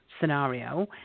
scenario